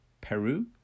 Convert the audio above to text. Peru